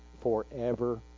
forever